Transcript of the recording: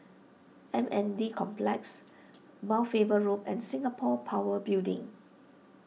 M N D Complex Mount Faber Loop and Singapore Power Building